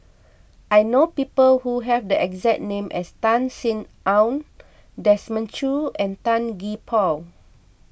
I know people who have the exact name as Tan Sin Aun Desmond Choo and Tan Gee Paw